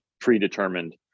predetermined